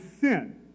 sin